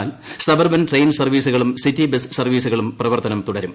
എന്നാൽ suburban train സർവീസുകളും city bus സർവ്വീസുകളും പ്രവർത്തനം തുടരും